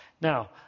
Now